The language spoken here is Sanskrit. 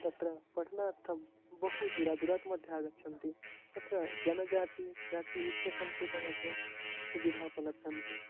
तत्र पठनार्थं बहु दूरं दूरात् मध्ये आगच्छन्ति तत्र जनजातिजातिः इत्येषां कृते वाद्यसुविधा उपलभ्यते